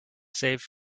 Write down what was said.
save